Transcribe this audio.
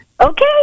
Okay